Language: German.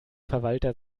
verwalter